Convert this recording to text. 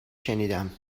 شنیدم